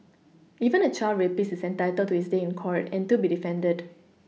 even a child rapist is entitled to his day in court and to be defended